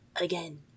again